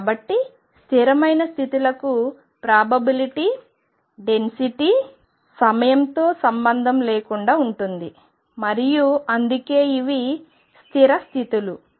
కాబట్టి స్థిరమైన స్థితులకు ప్రాబబిలిటీ డెన్సిటీ సంభావ్యత సాంద్రత సమయంతో సంబంధం లేకుండా ఉంటుంది మరియు అందుకే ఇవి స్థిర స్థితులు